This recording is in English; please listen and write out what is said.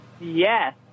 Yes